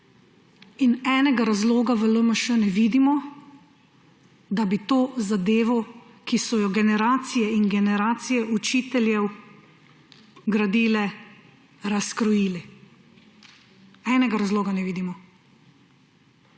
Enega razloga v LMŠ ne vidimo, da bi to zadevo, ki so jo generacije in generacije učiteljev gradile, razkrojili. Enega razloga ne vidimo.